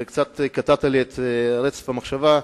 וקצת קטעת לי את רצף המחשבה,